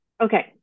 Okay